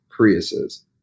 Priuses